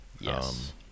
Yes